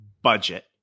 budget